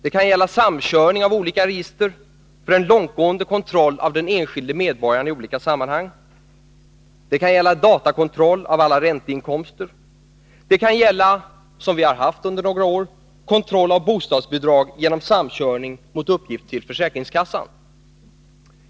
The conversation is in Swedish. Det kan gälla samkörning av olika register för en långtgående kontroll av den enskilde medborgaren i olika sammanhang. Det kan gälla datakontroll av alla ränteinkomster. Det kan gälla, som vi har haft under några år, kontroll av bostadsbidrag genom samkörning mot uppgift till försäkringskassan.